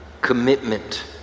commitment